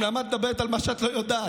למה את מדברת על מה שאת לא יודעת?